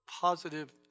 positive